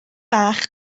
bach